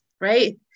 right